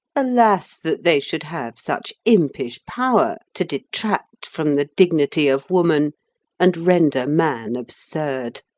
alas! that they should have such impish power to detract from the dignity of woman and render man absurd.